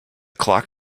clock